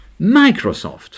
microsoft